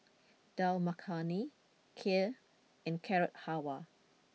Dal Makhani Kheer and Carrot Halwa